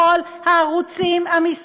הם ישלטו ישירות בכל הערוצים המסחריים,